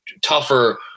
tougher